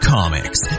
Comics